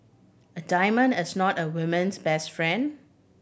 a diamond is not a woman's best friend